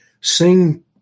Sing